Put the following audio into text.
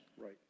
Right